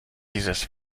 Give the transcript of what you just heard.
dieses